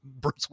Bruce